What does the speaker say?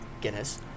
Guinness